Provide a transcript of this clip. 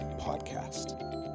Podcast